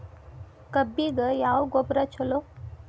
ಕಬ್ಬಿಗ ಯಾವ ಗೊಬ್ಬರ ಛಲೋ?